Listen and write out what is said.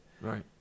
Right